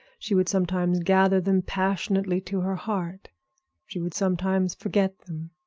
she would sometimes gather them passionately to her heart she would sometimes forget them.